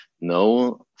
no